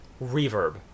Reverb